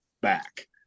back